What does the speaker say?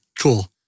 Cool